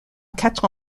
quatre